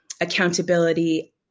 accountability